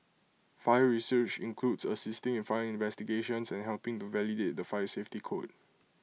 fire research includes assisting in fire investigations and helping to validate the fire safety code